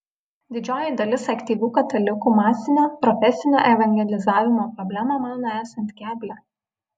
didžioji dalis aktyvių katalikų masinio profesinio evangelizavimo problemą mano esant keblią